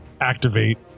activate